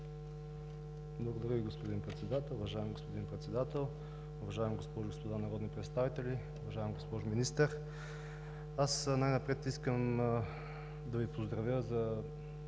Благодаря Ви, господин Председател. Уважаеми господин Председател, уважаеми госпожи и господа народни представители! Уважаема госпожо Министър, най-напред искам да Ви поздравя за